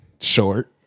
Short